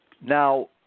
Now